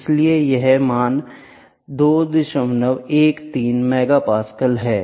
इसलिए यह मान 213 MP है